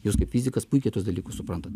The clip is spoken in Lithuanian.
jūs kaip fizikas puikiai tuos dalykus suprantat